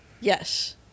Yes